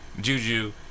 juju